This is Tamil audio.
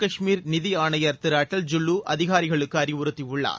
காஷ்மீர் நிதி ஆணையர் திரு அடல் ஜுல்லு அதிகாரிகளுக்கு அறிவுறுத்தியுள்ளார்